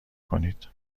کنید